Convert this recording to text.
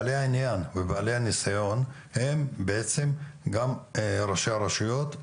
בעלי העניין ובעלי הניסיון הם בעצם גם ראשי הרשויות,